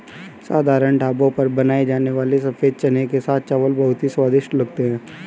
साधारण ढाबों पर बनाए जाने वाले सफेद चने के साथ चावल बहुत ही स्वादिष्ट लगते हैं